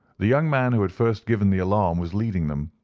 the young man who had first given the alarm was leading them.